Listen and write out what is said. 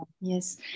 yes